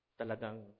talagang